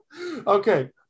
Okay